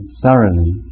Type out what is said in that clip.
thoroughly